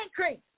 increase